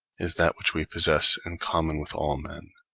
is that which we possess in common with all men,